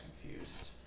confused